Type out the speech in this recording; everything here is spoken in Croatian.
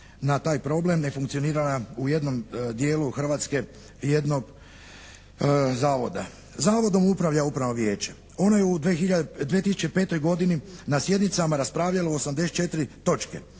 na taj problem nefunkcioniranja u jednom dijelu Hrvatske jednog Zavoda. Zavodom upravlja Upravno vijeće. Ono je u 2005. godini na sjednicama raspravljalo o 84 točke.